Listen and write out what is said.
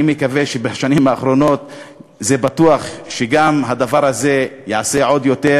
אני מקווה בשנים הבאות בטוח שהדבר הזה ייעשה עוד יותר,